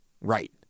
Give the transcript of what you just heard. Right